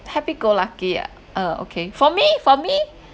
happy go lucky ah uh okay for me for me